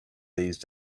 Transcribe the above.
these